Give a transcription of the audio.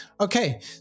Okay